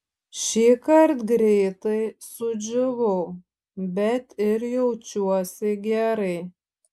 šįkart greitai sudžiūvau bet ir jaučiuosi gerai